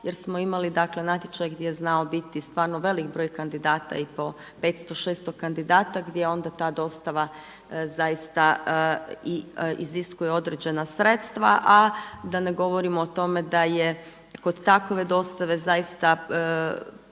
jer smo imali, dakle natječaj gdje je znao biti stvarno velik broj kandidata i po 500, 600 kandidata gdje onda ta dostava zaista iziskuje određena sredstva. A da ne govorim o tome da je kod takve dostave zaista postojao